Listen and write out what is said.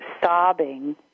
sobbing